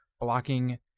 blocking